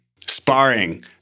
sparring